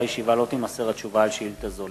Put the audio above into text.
ישיבה לא תימסר התשובה על שאילתא זו.